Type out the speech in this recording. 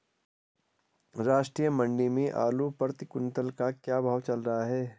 राष्ट्रीय मंडी में आलू प्रति कुन्तल का क्या भाव चल रहा है?